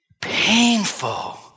painful